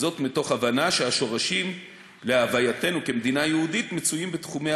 מתוך הבנה שהשורשים להווייתנו כמדינה יהודית מצויים בתחומי